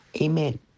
Amen